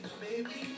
baby